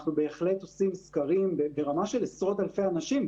אנחנו בהחלט עושים סקרים ברמה של עשרות אלפי אנשים.